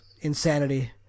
insanity